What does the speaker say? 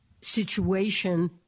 situation